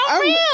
real